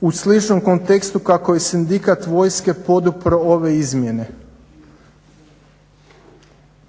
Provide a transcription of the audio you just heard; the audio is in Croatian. u sličnom kontekstu kako je i sindikat vojske podupro ove izmjene.